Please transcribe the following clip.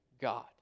God